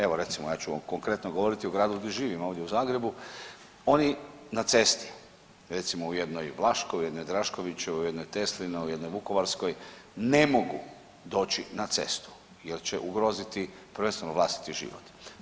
Evo, recimo, ja ću vam konkretno govoriti u gradu di živim, ovdje u Zagrebu, oni na cesti, recimo u jednoj Vlaškoj, u jednoj Draškovićevoj, u jednoj Teslinoj, u jednoj Vukovarskoj ne mogu doći na cestu jer će ugroziti, prvenstveno vlastiti život.